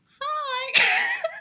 hi